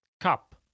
cup